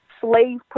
slave